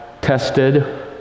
tested